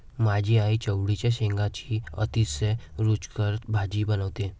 माझी आई चवळीच्या शेंगांची अतिशय रुचकर भाजी बनवते